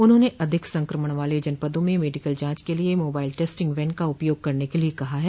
उन्होंने अधिक संक्रमण वाले जनपदों में मेडिकल जांच के लिये मोबाइल टेस्टिंग वैन का उपयोग करने के लिये कहा है